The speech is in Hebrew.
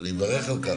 ואני מברך על כך.